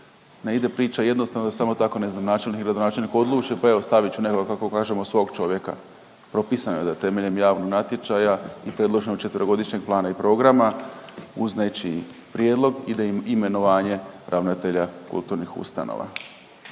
ne ide priča jednostavno da samo tako ne znam načelnik ili gradonačelnik odluče, pa evo stavit ću nekoga kako kažemo svog čovjeka. Propisano je da temeljem javnog natječaja i predloženog 4-godišnjeg plana i programa uz nečiji prijedlog ide imenovanje ravnatelja kulturnih ustanova.